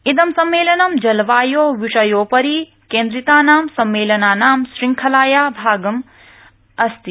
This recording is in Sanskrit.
इदं सम्मेलनं जलवायोः विषयोपरि केन्द्रितानां सम्मेलनानां शंखलायाः भागः अस्ति